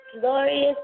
glorious